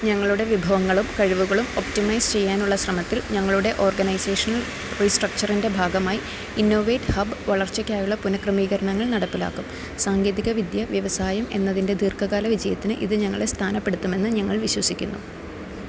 ഞങ്ങളുടെ വിഭവങ്ങളും കഴിവുകളും ഒപ്റ്റിമൈസ് ചെയ്യാനുള്ള ശ്രമത്തിൽ ഞങ്ങളുടെ ഓർഗനൈസേഷണല് റീസ്ട്രക്ചറിൻ്റെ ഭാഗമായി ഇന്നോവേറ്റ് ഹബ് വളർച്ചയ്ക്കായുള്ള പുനഃക്രമീകരണങ്ങൾ നടപ്പിലാക്കും സാങ്കേതികവിദ്യ വ്യവസായം എന്നതിൻ്റെ ദീർഘകാല വിജയത്തിന് ഇത് ഞങ്ങളെ സ്ഥാനപ്പെടുത്തുമെന്ന് ഞങ്ങൾ വിശ്വസിക്കുന്നു